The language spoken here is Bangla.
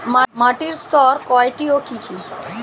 মাটির স্তর কয়টি ও কি কি?